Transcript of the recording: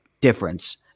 difference